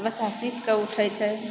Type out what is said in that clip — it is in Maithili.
बच्चा सुतिकऽ उठैत छै